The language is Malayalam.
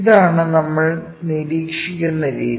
ഇതാണ് നമ്മൾ നിരീക്ഷിക്കുന്ന രീതി